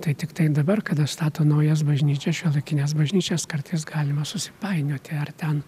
tai tiktai dabar kada stato naujas bažnyčias šiuolaikines bažnyčias kartais galima susipainioti ar ten